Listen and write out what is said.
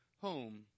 home